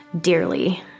dearly